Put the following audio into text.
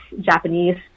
Japanese